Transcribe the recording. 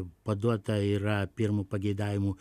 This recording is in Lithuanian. paduota yra pirmu pageidavimu